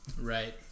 right